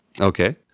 Okay